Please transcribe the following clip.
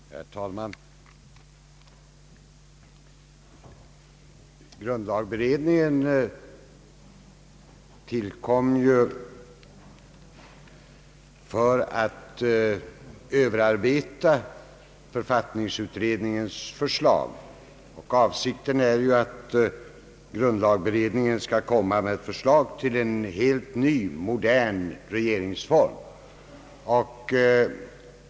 Herr talman! Grundlagberedningen tillkom som bekant för att bl.a. överarbeta författningsutredningens förslag. Avsikten är att grundlagberedningen skall framlägga förslag till en helt ny och modern regeringsform.